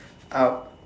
up